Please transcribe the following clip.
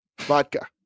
vodka